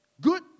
Good